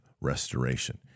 restoration